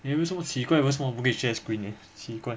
eh 为什么奇怪为什么不可以 share screen leh 奇怪